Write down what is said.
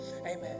Amen